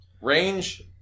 range